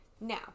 Now